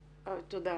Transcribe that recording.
תודה.